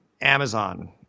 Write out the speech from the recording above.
Amazon